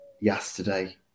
yesterday